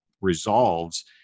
resolves